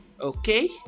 okay